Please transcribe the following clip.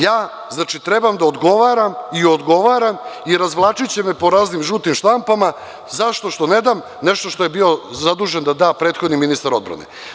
Ja trebam da odgovaram i odgovaram i razvlačiće me po raznim žutim štampama zato što ne dam nešto za šta je bio zadužen da da prethodni ministar odbrane.